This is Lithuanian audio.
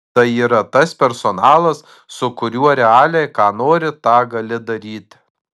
tai yra tas personalas su kuriuo realiai ką nori tą gali daryti